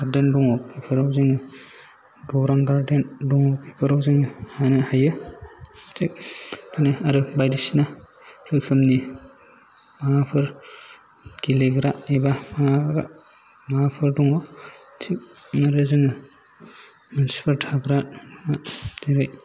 garden दङ बेफोराव जोङो गौरां गार्देन दङो बेफोराव जोङो हानो हायो थिग दिनै आरो बायदिसिना रोखोमनि माबाफोर गेलेग्रा एबा माबाग्रा माबाफोर दङ थिग आरो जोङो मानसिफोर थाग्रा जेरै